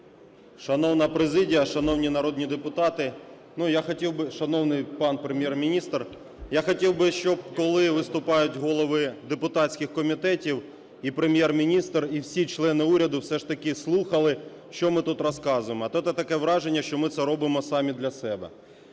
Шановна президія, шановні народні депутати, ну, я хотів би, шановний пан Прем'єр-міністр, я хотів би, щоб, коли виступають голови депутатських комітетів, і Прем'єр-міністр, і всі члени уряду все ж таки слухали, що ми тут розказуємо. А то таке враження, що ми це робимо самі для себе.